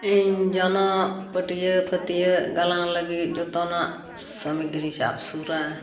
ᱤᱧ ᱡᱚᱱᱚᱜ ᱯᱟᱹᱴᱤᱭᱟᱹ ᱯᱷᱟᱹᱛᱤᱭᱟᱹᱜ ᱜᱟᱞᱟᱝ ᱞᱟᱹᱜᱤᱫ ᱡᱚᱛᱚᱣᱟᱜ ᱥᱟᱢᱚᱜᱨᱤ ᱥᱟᱵᱥᱩᱨᱟ